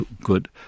good